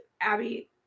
Abby